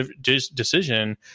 decision